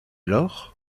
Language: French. lors